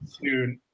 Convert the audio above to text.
Dude